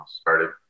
started